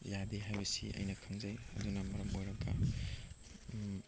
ꯌꯥꯗꯦ ꯍꯥꯏꯕꯁꯤ ꯑꯩꯅ ꯈꯪꯖꯩ ꯑꯗꯨꯅ ꯃꯔꯝ ꯑꯣꯏꯔꯒ